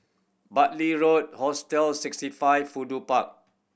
Bartley Road Hostel Sixty Five Fudu Park